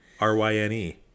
R-Y-N-E